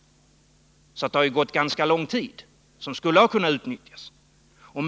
Det har alltså gått ganska lång tid, och den tiden skulle ha kunnat utnyttjas.